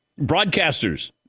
Broadcasters